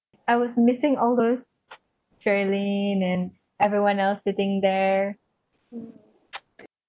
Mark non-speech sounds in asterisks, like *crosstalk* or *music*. I was missing all those *noise* shirlyn and everyone else sitting there *noise*